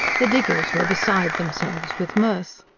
the diggers were beside themselves with mirth.